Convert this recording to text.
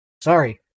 Sorry